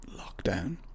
lockdown